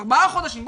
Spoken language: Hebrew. ארבעה חודשים,